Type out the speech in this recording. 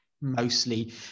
mostly